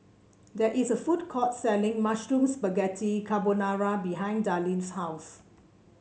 there is a food court selling Mushroom Spaghetti Carbonara behind Darline's house